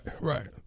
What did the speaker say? right